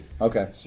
Okay